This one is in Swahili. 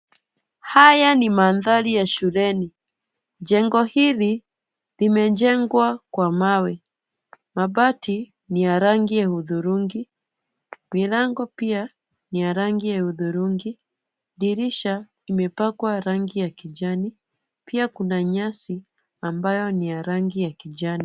Haya ni mandhari ya shuleni. Jengo hili limejengwa kwa mawe. Mabati ni ya rangi ya hudhurungi, milango pia ni ya rangi ya hudhurungi. Dirisha imepakwa rangi ya kijani. Pia kuna nyasi ambayo ni ya rangi ya kijani.